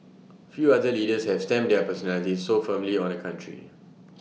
few other leaders have stamped their personalities so firmly on A country